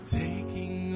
taking